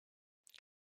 qu’est